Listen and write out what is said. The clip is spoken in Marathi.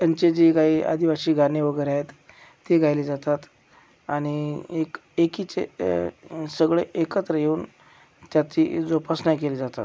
त्यांची जी काही आदिवासी गाणे वगैरे आहेत ती गायली जातात आणि एक एकीचे सगळे एकत्र येऊन त्याची जोपासना केली जातात